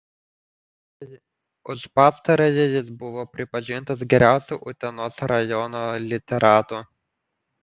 už pastarąjį jis buvo pripažintas geriausiu utenos rajono literatu